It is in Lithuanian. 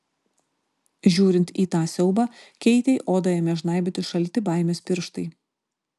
žiūrint į tą siaubą keitei odą ėmė žnaibyti šalti baimės pirštai